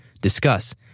discuss